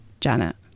Janet